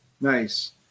Nice